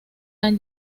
han